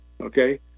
Okay